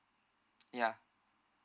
ya